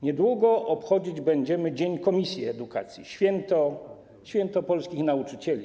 Niedługo obchodzić będziemy dzień komisji edukacji, święto polskich nauczycieli.